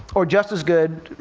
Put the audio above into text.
or just as good,